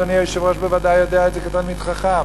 אדוני היושב-ראש בוודאי יודע את זה כתלמיד חכם,